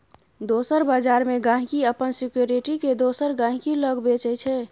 दोसर बजार मे गांहिकी अपन सिक्युरिटी केँ दोसर गहिंकी लग बेचय छै